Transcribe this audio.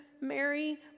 Mary